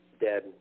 dead